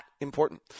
important